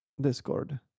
Discord